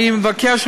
אני מבקש,